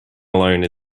alone